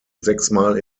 sechsmal